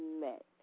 met